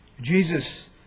Jesus